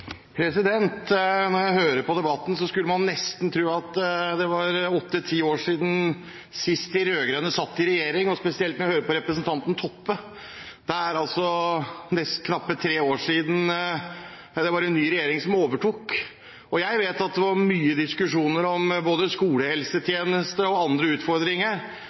skolehelsetjenesten. Når jeg hører på debatten, skulle en nesten tro at det var åtte–ti år siden sist de rød-grønne satt i regjering, spesielt når jeg hører på representanten Toppe. Det er altså knappe tre år siden en ny regjering overtok, og jeg vet at det var mye diskusjon om både skolehelsetjeneste og andre utfordringer.